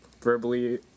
verbally